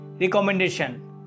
recommendation